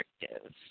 restrictive